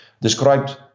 described